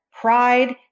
pride